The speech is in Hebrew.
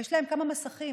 יש להם כמה מסכים,